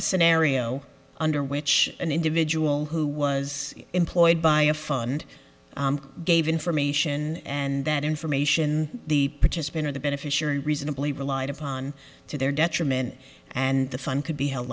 a scenario under which an individual who was employed by a fund gave information and that information the participant or the beneficiary reasonably relied upon to their detriment and the fun could be held